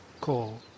call